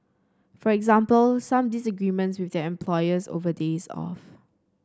for example some disagreements with their employers over days off